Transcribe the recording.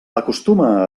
acostuma